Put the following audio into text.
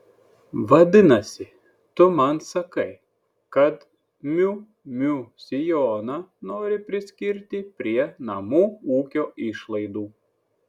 vadinasi tu man sakai kad miu miu sijoną nori priskirti prie namų ūkio išlaidų